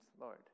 Lord